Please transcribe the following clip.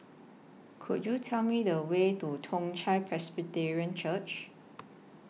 Could YOU Tell Me The Way to Toong Chai Presbyterian Church